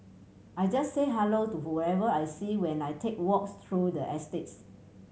I just say hello to whoever I see when I take walks through the estates